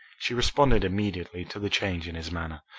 she responded immediately to the change in his manner,